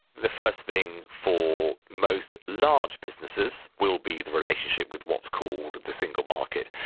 the first thing for most large businesses will be the relationship with what's called the single market.